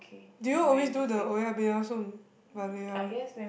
do you always do the oh-ya-beh-ya-som